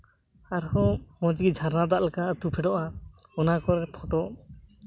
ᱟᱨᱦᱚᱸ ᱢᱚᱡᱽᱜᱮ ᱡᱷᱟᱨᱱᱟ ᱫᱟᱜ ᱞᱮᱠᱟ ᱟᱹᱛᱩ ᱯᱷᱮᱰᱚᱜᱼᱟ ᱚᱱᱟ ᱠᱚᱨᱮ ᱯᱷᱳᱴᱳ